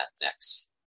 next